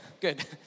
good